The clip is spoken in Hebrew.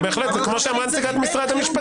בהחלט זה כמו שאמרה נציגת משרד המשפטים.